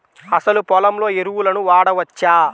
అసలు పొలంలో ఎరువులను వాడవచ్చా?